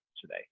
today